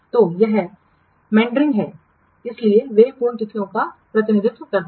तो यह मैंनडरिंग है इसलिए वे पूर्ण तिथियों का प्रतिनिधित्व करते हैं